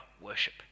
worship